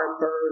bird